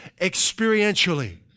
experientially